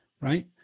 right